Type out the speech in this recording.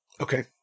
Okay